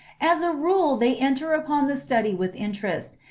as a rule they enter upon the study with interest,